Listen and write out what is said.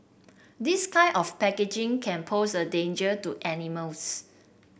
this kind of packaging can pose a danger to animals